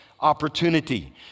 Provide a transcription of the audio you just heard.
opportunity